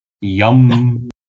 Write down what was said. yum